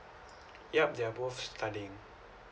yup they are both studying